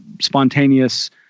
spontaneous